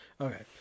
okay